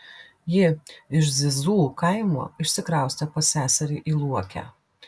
ji iš zizų kaimo išsikraustė pas seserį į luokę